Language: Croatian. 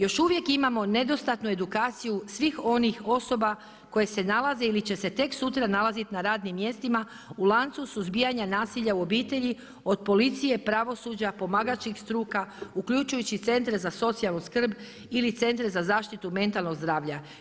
Još uvijek imamo nedostatno edukaciju svih onih osoba koje se nalaze ili će se tek sutra nalaziti na radnim mjestima u lancu suzbijanja nasilja u obitelji, od policije, pravosuđa, pomagačkih struka, uključujući i centre za socijalnu skrb ili centre za zaštitu mentalnog zdravlja.